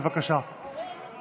בבקשה.